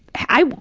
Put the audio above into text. i,